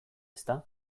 ezta